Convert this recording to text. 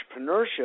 entrepreneurship